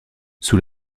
sous